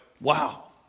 Wow